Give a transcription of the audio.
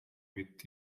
with